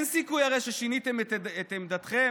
הרי אין סיכוי ששיניתם את עמדתכם,